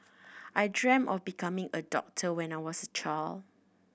I dreamt of becoming a doctor when I was a child